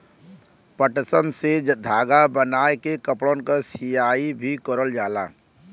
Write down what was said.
पटसन से धागा बनाय के कपड़न क सियाई भी करल जाला